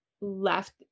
left